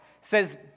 says